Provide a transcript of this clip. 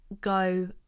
go